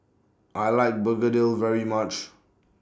I like Begedil very much